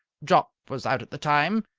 jopp was out at the time,